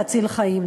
להציל חיים.